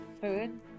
food